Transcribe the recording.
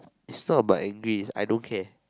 it's not about angry is I don't care